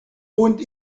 wohnt